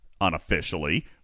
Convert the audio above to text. unofficially